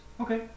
Okay